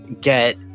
get